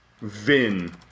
Vin